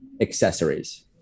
accessories